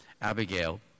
Abigail